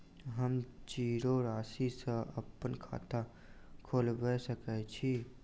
हम जीरो राशि सँ अप्पन खाता खोलबा सकै छी?